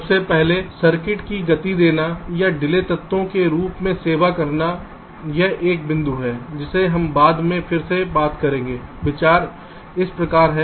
सबसे पहले सर्किट को गति देना या डिले तत्वों के रूप में सेवा करना यह एक बिंदु है जिसे हम बाद में फिर से बात करेंगे विचार इस प्रकार है